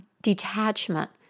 detachment